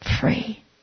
free